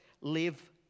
live